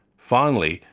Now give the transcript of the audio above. finally,